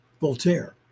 Voltaire